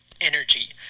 energy